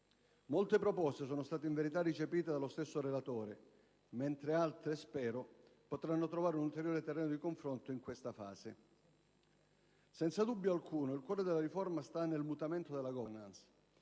Molte proposte sono state, in verità, recepite dallo stesso relatore, mentre altre, spero, potranno trovare un ulteriore terreno di confronto in questa fase. Senza dubbio alcuno il cuore della riforma sta nel mutamento della *governance*,